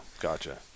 gotcha